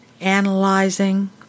analyzing